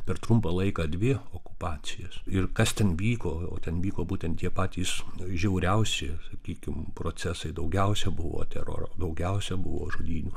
per trumpą laiką dvi okupacijas ir kas ten vyko o ten vyko būtent tie patys žiauriausi sakykim procesai daugiausia buvo teroro daugiausia buvo žudynių